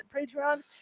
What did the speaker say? Patreon